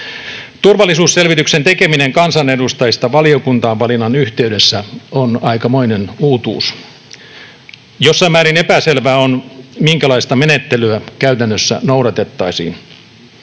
Turvallisuusselvityksen tekeminen kansanedustajista valiokuntaan valinnan yhteydessä on aikamoinen uutuus. Jossain määrin epäselvää on, minkälaista menettelyä käytännössä noudatettaisiin,